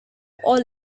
all